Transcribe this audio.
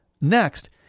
Next